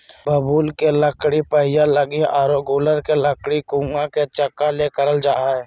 बबूल के लकड़ी पहिया लगी आरो गूलर के लकड़ी कुआ के चकका ले करल जा हइ